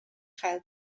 chael